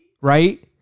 right